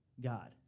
God